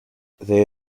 they